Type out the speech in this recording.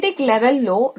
genetic level లో